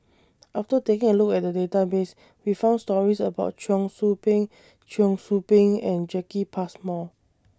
after taking A Look At The Database We found stories about Cheong Soo Pieng Cheong Soo Pieng and Jacki Passmore